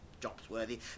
jobsworthy